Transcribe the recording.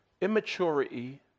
immaturity